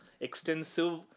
extensive